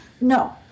No